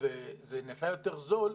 וזה נעשה יותר זול,